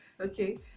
Okay